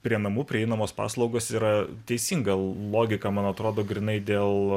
prie namų prieinamos paslaugos yra teisinga logika man atrodo grynai dėl